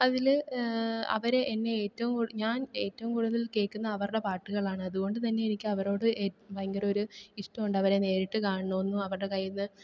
അതില് അവരെ എന്നെ ഏറ്റവും ഞാൻ ഏറ്റവും കൂടുതൽ കേള്ക്കുന്ന അവരുടെ പാട്ടുകളാണ് അതുകൊണ്ട് തന്നെ എനിക്ക് അവരോട് ഭയങ്കര ഒരു ഇഷ്ടമുണ്ട് അവരെ നേരിട്ട് കാണണമെന്നും അവരുടെ കയ്യില്നിന്ന്